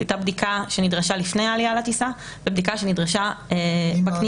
הייתה בדיקה שנדרשה לפני העלייה לטיסה והייתה בדיקה שנדרשה בכניסה.